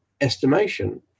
estimation